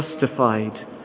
justified